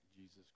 Jesus